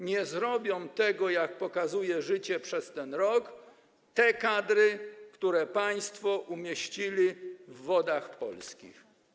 Nie zrobią tego, jak pokazuje życie przez ten rok, te kadry, które państwo umieścili w Wodach Polskich.